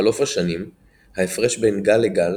בחלוף השנים ההפרש בין גל לגל